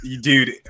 dude